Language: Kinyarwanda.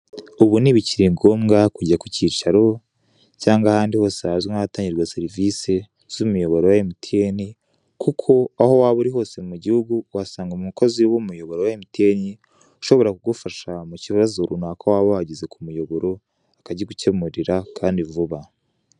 Ubu ntibikiri ngombwa kujya ku cyicaro cyangwa ahandi hose hazwi nka hatangirwa serivisi z'imiyoboro ya MTN, kuko aho waba uri hose mu gihugu wahasanga umukozi w'umuyoboro wa MTN ushobora kugufasha mu kibazo runaka waba wagize ku muyoboro akagigukemurira kandi vuba.